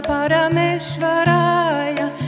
Parameshwaraya